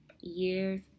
years